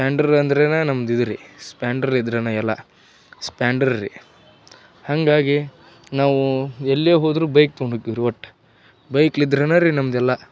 Splendor ಅಂದ್ರೇ ನಮ್ದು ಇದು ರೀ ಸ್ಪೆಂಡರ್ ಇದ್ರೇ ಎಲ್ಲ ಸ್ಪೆಂಡರ್ ರಿ ಹಾಗಾಗಿ ನಾವು ಎಲ್ಲೇ ಹೋದರು ಬೈಕ್ ತಗೊಂಡು ಹೋಗ್ತೀವ್ರಿ ಒಟ್ಟು ಬೈಕ್ಲ್ ಇದ್ರೆ ರಿ ನಮ್ದು ಎಲ್ಲ